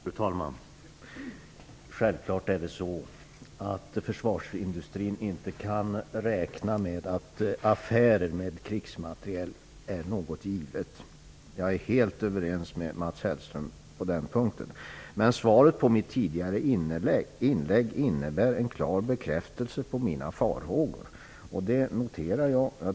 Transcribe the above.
Fru talman! Självfallet kan inte försvarsindustrin räkna med att affärer med krigsmateriel är något givet. Jag är helt överens med Mats Hellström på den punkten. Men svaret på mitt tidigare inlägg innebär en klar bekräftelse på mina farhågor. Det noterar jag.